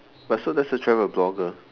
but so does a travel blogger